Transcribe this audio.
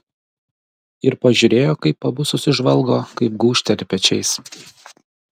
ir pažiūrėjo kaip abu susižvalgo kaip gūžteli pečiais